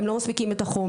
הם לא מספיקים את החומר,